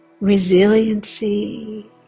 Resiliency